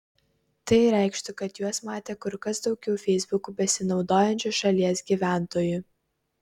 tai reikštų kad juos matė kur kas daugiau feisbuku besinaudojančių šalies gyventojų